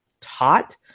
taught